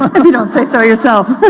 if you don't say so yourself.